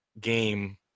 game